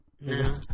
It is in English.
No